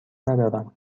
ندارم